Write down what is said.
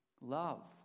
Love